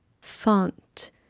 font